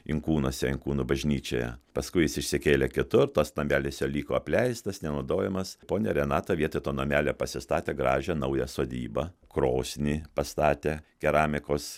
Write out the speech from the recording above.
inkūnuose inkūnų bažnyčioje paskui jis išsikėlė kitur tas namelis jo liko apleistas nenaudojamas ponia renata vietoj to namelio pasistatė gražią naują sodybą krosnį pastatė keramikos